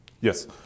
Yes